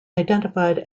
identified